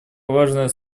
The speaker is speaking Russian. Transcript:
важное